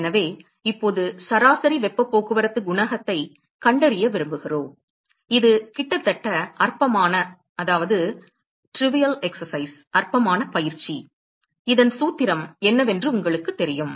எனவே இப்போது சராசரி வெப்பப் போக்குவரத்துக் குணகத்தைக் கண்டறிய விரும்புகிறோம் இது கிட்டத்தட்ட அற்பமான பயிற்சி இதன் சூத்திரம் என்னவென்று உங்களுக்குத் தெரியும்